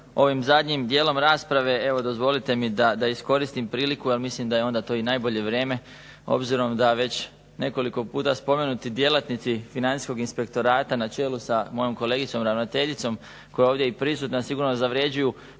ovim zadnjim dijelom rasprave dozvolite mi da iskoristim priliku jer mislim da je onda to i najbolje vrijeme obzirom da već nekoliko puta spomenuti djelatnici Financijskog inspektorata na čelu sa mojom kolegicom ravnateljicom koja je ovdje i prisutna, sigurno zavređuju